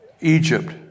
Egypt